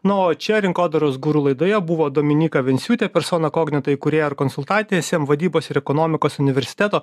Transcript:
nu o čia rinkodaros guru laidoje buvo dominyka venciūtė persona kognito įkūrėja ir konsultantė i es em vadybos ir ekonomikos universiteto